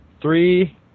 three